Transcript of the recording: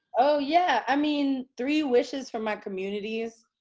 oh, yeah. i mean, three wishes from my communities.